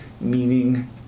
meaning